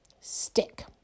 stick